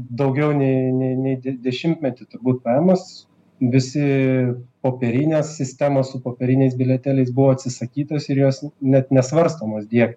daugiau nei nei nei d dešimtmetį turbūt paėmus visi popierinės sistemos su popieriniais bilietėliais buvo atsisakytos ir jos net nesvarstomos dieg